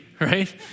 right